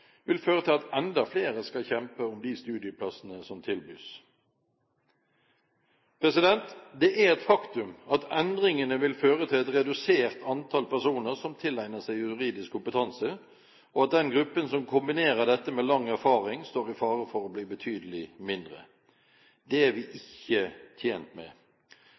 vil føre til at enda flere skal kjempe om de studieplassene som tilbys. Det er et faktum at endringene vil føre til et redusert antall personer som tilegner seg juridisk kompetanse, og at den gruppen som kombinerer dette med lang erfaring, står i fare for å bli betydelig mindre. Det er vi ikke tjent med.